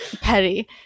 Petty